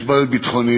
יש בעיות ביטחוניות,